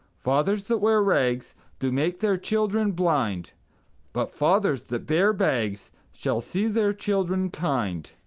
fathers that wear rags do make their children blind but fathers that bear bags shall see their children kind.